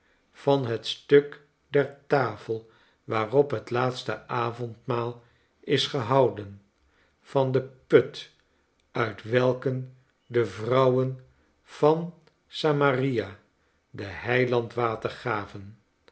van het stuk der tafel waarop het laatste avondmaal is gehouden van den put uit welken de vrouwen van s amaria den heiland water gaven